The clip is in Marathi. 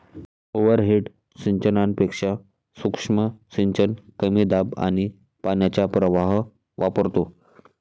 ओव्हरहेड सिंचनापेक्षा सूक्ष्म सिंचन कमी दाब आणि पाण्याचा प्रवाह वापरतो